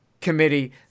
committee